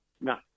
No